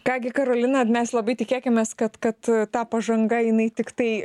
ką gi karolina mes labai tikėkimės kad kad ta pažanga jinai tiktai